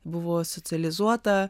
buvo socializuota